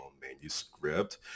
manuscript